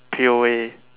P_O_A